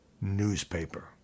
newspaper